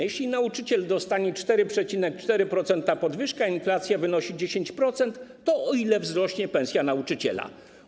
Jeśli nauczyciel dostanie 4,4-procentową podwyżkę, a inflacja wynosi 10%, to o ile wzrośnie pensja nauczyciela?